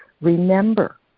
remember